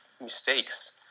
mistakes